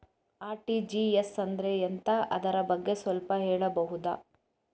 RTGS ಅಂದ್ರೆ ಎಂತ ಅದರ ಬಗ್ಗೆ ಸ್ವಲ್ಪ ಹೇಳಬಹುದ?